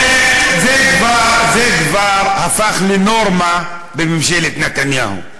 זה כבר הפך לנורמה בממשלת נתניהו.